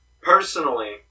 Personally